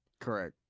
Correct